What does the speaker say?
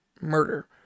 murder